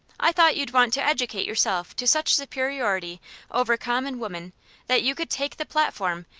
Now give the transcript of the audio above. i thought you'd want to educate yourself to such superiority over common woman that you could take the platform,